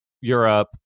Europe